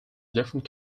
different